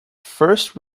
first